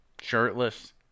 shirtless